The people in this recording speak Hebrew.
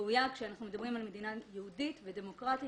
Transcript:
כשאנחנו מדברים על מדינה יהודית ודמוקרטית